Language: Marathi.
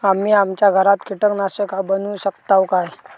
आम्ही आमच्या घरात कीटकनाशका बनवू शकताव काय?